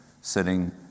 sitting